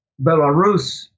Belarus